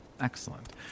Excellent